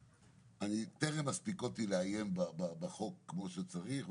טרם הספקתי לעיין בחוק הזה כמו שצריך.